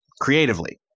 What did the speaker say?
creatively